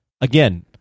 again